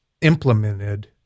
implemented